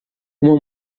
uma